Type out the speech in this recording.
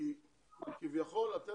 אתם